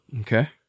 Okay